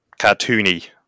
cartoony